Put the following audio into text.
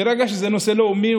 מרגע שזה נושא לאומי,